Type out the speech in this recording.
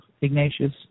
Ignatius